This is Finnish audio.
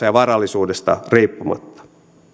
ja varallisuudesta riippumatta